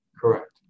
Correct